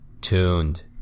tuned